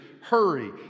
hurry